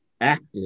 active